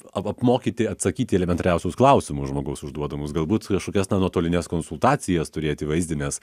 ap apmokyti atsakyt į elementariausius klausimus žmogaus užduodamus galbūt kažkokias na nuotolines konsultacijas turėti vaizdines